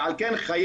ועל כן חייבת